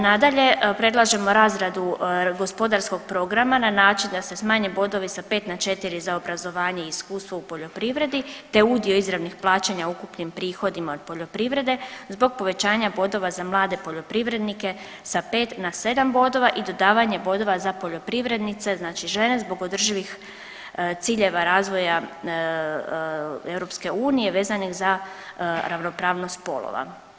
Nadalje, predlažemo razradu gospodarskog programa na način da se smanje bodovi sa 5 na 4 za obrazovanje i iskustvo u poljoprivredi, te udio izravnih plaćanja ukupnim prihodima od poljoprivrede zbog povećanja bodova za mlade poljoprivrednike sa 5 na 7 bodova i dodavanje bodova za poljoprivrednice znači žene zbog održivih ciljeva razvoja EU vezanih za ravnopravnost spolova.